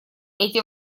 эти